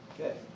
Okay